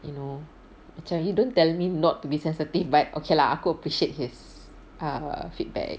you know macam you don't tell me not to be sensitive but okay lah aku appreciate his err feedback